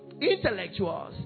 intellectuals